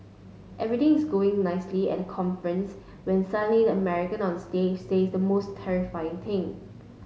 everything is going nicely at the conference when suddenly the American on stage says the most terrifying thing